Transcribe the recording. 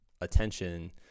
attention